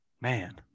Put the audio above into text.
Man